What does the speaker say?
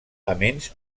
aments